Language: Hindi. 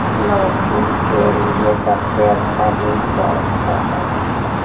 लौकी के लिए सबसे अच्छा बीज कौन सा है?